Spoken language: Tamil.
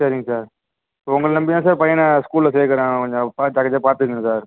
சரிங்க சார் உங்களை நம்பி தான் சார் பையனை ஸ்கூலில் சேர்க்குறேன் கொஞ்சம் பார்த்து ஜாக்கிரதையாக பார்த்துக்குங்க